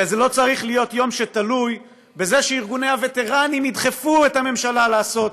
זה לא צריך להיות יום שתלוי בזה שארגוני הווטרנים ידחפו את הממשלה לעשות